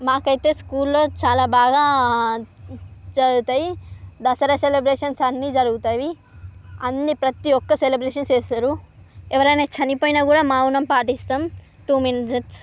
మాకైతే స్కూల్లో చాలా బాగా జరుగుతాయి దసరా సెలబ్రేషన్స్ అన్నీ జరుగుతాయి అన్ని ప్రతి ఒక్క సెలబ్రేషన్ చేస్తారు ఎవరైనా చనిపోయిన కూడా మౌనం పాటిస్తాం టు మినిట్స్